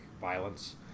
violence